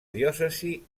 diòcesi